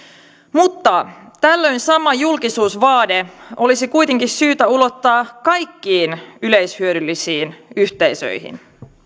mutta tällöin sama julkisuusvaade olisi kuitenkin syytä ulottaa kaikkiin yleishyödyllisiin yhteisöihin